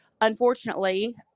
unfortunately